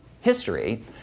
history